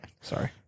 Sorry